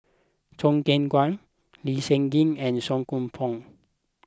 Choo Keng Kwang Lee Seng Gee and Song Koon Poh